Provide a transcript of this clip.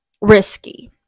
risky